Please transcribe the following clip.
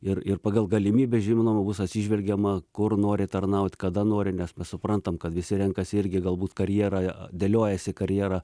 ir ir pagal galimybes žinoma bus atsižvelgiama kur nori tarnaut kada nori nes mes suprantam kad visi renkasi irgi galbūt karjerą dėliojasi karjerą